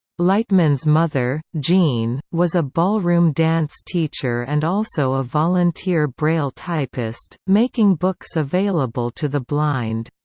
lightman's mother, jeanne, was a ballroom dance teacher and also a volunteer braille typist, making books available to the blind.